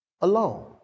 alone